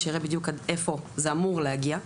שיראה בדיוק עד איפה זה אמור להגיע.